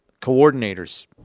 coordinators